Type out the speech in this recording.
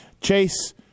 Chase